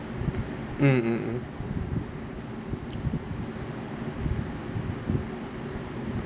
mm mm mm